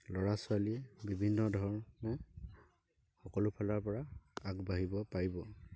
ল'ৰা ছোৱালী বিভিন্ন ধৰণে সকলো ফালৰ পৰা আগবাঢ়িব পাৰিব